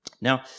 Now